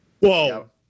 whoa